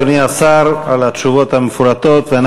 עוד 18 יקלטו בימים הקרובים,